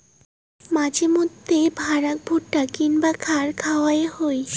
মাঝে মইধ্যে ভ্যাড়াক ভুট্টা কিংবা খ্যার খাওয়াং হই